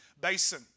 basin